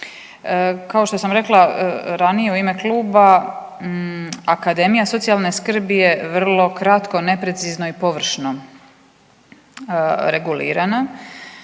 Kao što sam rekla ranije u ime kluba akademija socijalne skrbi je vrlo kratko, neprecizno i površno regulirana.